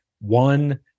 one